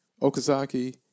Okazaki